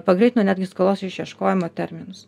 pagreitino netgi skolos išieškojimo terminus